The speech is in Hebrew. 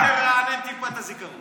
קצת, קצת, תרענן טיפה את הזיכרון.